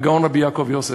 הגאון רבי יעקב יוסף.